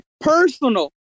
personal